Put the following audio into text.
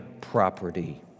property